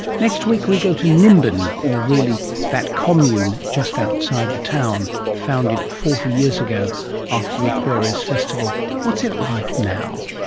next week we go to nimbin, or really that commune just outside the town, founded forty years ago after the aquarius festival. what's it like now?